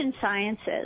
sciences